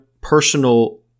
personal